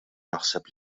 naħseb